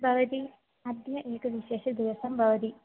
भवती अद्य एकः विशेषः दिवसः भवति